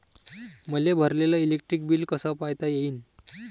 मले भरलेल electric bill कस पायता येईन?